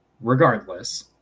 Regardless